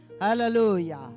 Hallelujah